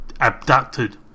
abducted